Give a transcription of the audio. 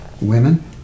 women